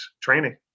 training